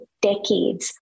decade's